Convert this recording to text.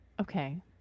Okay